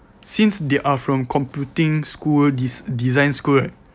since they are from computing school des~ designs right